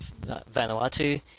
Vanuatu